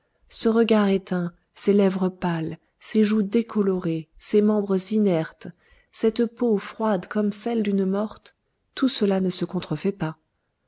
ce regard éteint ces lèvres pâles ces joues décolorées ces membres inertes cette peau froide comme celle d'une morte tout cela ne se contrefait pas